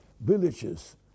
villages